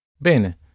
Bene